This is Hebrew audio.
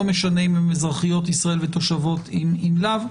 לא משנה אם הן אזרחיות ישראל ותושבות ואם לאו.